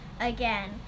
Again